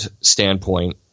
standpoint